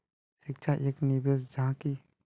शिक्षा एक निवेश जाहा की?